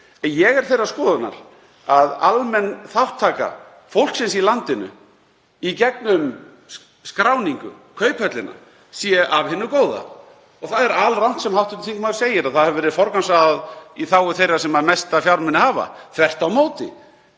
ég er þeirrar skoðunar að almenn þátttaka fólksins í landinu, í gegnum skráningu, Kauphöllina, sé af hinu góða. Það er alrangt sem hv. þingmaður segir að ekki hafi verið forgangsraðað í þágu þeirra sem mesta fjármuni hafa. Þvert á móti,